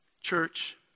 Church